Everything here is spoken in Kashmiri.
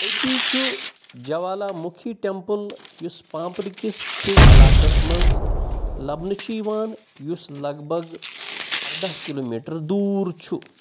أتی چھُ جالا مُخی ٹٮ۪مپٕل یُس پامپرٕ کِس کھیٚو علاقس منٛز لبنہٕ چھُ یِوان یُس لگ بگ ارداہ کِلوٗمیٖٹر دوٗر چھُ